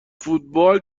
فوتبال